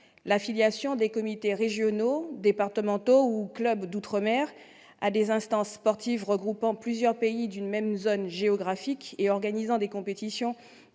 L'affiliation des comités régionaux, départementaux ou clubs d'outre-mer à des instances sportives regroupant plusieurs pays d'une même zone géographique et organisant des compétitions